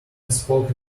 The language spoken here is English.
spoke